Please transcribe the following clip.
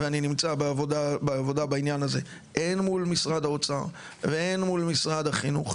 ואני נמצא בעבודה בעניין הזה הן מול משרד האוצר והן מול למשרד החינוך.